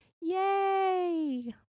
Yay